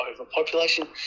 overpopulation